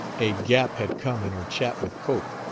a gap had come in her chat with cope.